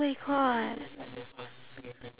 at the hotel